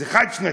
זה חד-שנתי.